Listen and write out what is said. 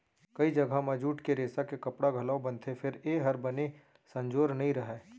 कइ जघा म जूट के रेसा के कपड़ा घलौ बनथे फेर ए हर बने संजोर नइ रहय